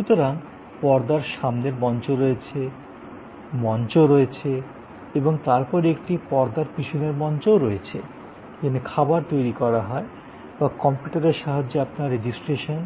সুতরাং পর্দার সামনের মঞ্চ রয়েছে মঞ্চ রয়েছে এবং তারপরে একটি পর্দার পিছনের মঞ্চ রয়েছে যেখানে খাবার তৈরী করা হয় বা কম্পিউটারের সাহায্যে আপনার নথিভুক্তি করা